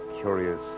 Curious